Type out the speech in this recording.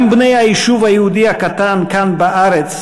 גם בני היישוב היהודי הקטן כאן בארץ